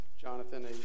Jonathan